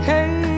Hey